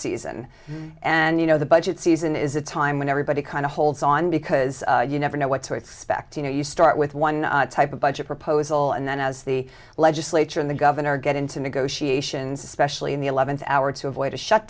season and you know the budget season is a time when everybody kind of holds on because you never know what to expect you know you start with one type of budget proposal and then as the legislature and the governor get into negotiations especially in the eleventh hour to avoid